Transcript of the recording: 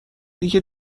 دیگه